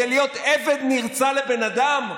להיות עבד נרצע לבן אדם,